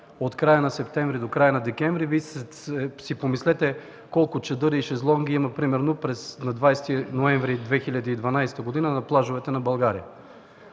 от края на месец септември до края на декември. Вие си помислете колко чадъри и шезлонги има примерно на 20 ноември 2012 г. на плажовете на България?!